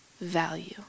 value